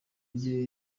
rye